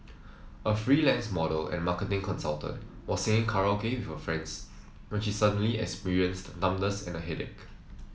a freelance model and marketing consultant was singing karaoke with her friends when she suddenly experienced numbness and a headache